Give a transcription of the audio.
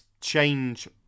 change